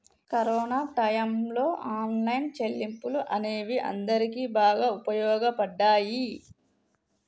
corona టైయ్యంలో online చెల్లింపులు అనేవి అందరికీ బాగా వుపయోగపడ్డయ్యి